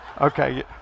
Okay